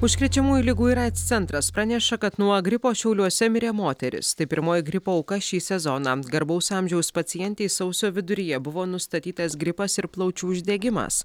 užkrečiamųjų ligų ir aids centras praneša kad nuo gripo šiauliuose mirė moteris tai pirmoji gripo auka šį sezoną garbaus amžiaus pacientei sausio viduryje buvo nustatytas gripas ir plaučių uždegimas